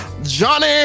johnny